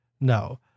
No